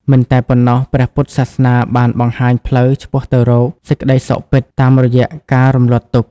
មិនតែប៉ុណ្ណោះព្រះពុទ្ធសាសនាបានបង្ហាញផ្លូវឆ្ពោះទៅរក សេចក្ដីសុខពិត តាមរយៈការរំលត់ទុក្ខ។